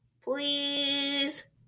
please